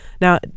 Now